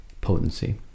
potency